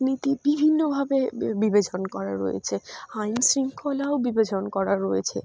নীতি বিভিন্নভাবে বি বিবেচন করা রয়েছে আইন শৃঙ্খলাও বিবেচন করা রয়েছে